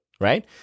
right